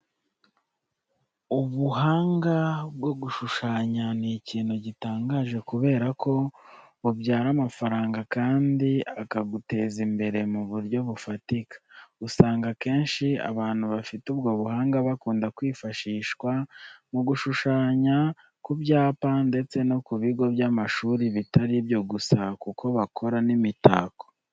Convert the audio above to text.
Ubuhanga bwo gushushanya ni ikintu gitangaje kubera ko bubyara amafaranga kandi akaguteza imbere mu buryo bufatika. Usanga akenshi abantu bafite ubwo buhanga bakunda kwifashishwa mu gushushanya ku byapa ndetse no ku bigo by'amashuri, bitari ibyo gusa kuko bakora n'imitako.